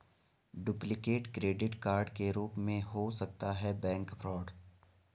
duplicate credit card के रूप में हो सकता है बैंक फ्रॉड